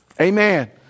Amen